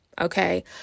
Okay